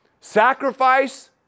sacrifice